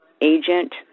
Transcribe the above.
agent